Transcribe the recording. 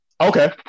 Okay